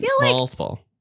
multiple